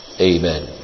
Amen